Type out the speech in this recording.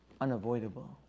unavoidable